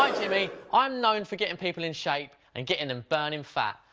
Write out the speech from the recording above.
like jimmy. i'm known for getting people in shape and getting them burning fat,